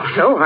no